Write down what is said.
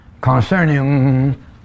concerning